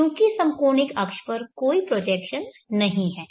क्योंकि समकोणिक अक्ष पर कोई प्रोजेक्शन नहीं है